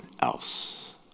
else